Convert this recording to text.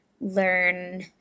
learn